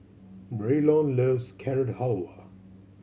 Braylon loves Carrot Halwa